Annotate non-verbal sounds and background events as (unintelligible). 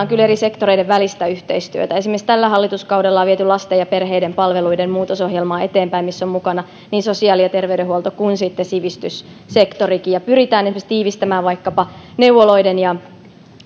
(unintelligible) kyllä eri sektoreiden välistä yhteistyötä tällä hallituskaudella on esimerkiksi viety eteenpäin lasten ja perheiden palveluiden muutosohjelmaa jossa ovat mukana niin sosiaali ja terveydenhuolto kuin sitten sivistyssektorikin pyritään esimerkiksi tiivistämään vaikkapa neuvoloiden ja